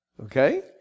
Okay